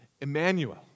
Emmanuel